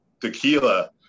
tequila